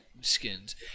Skins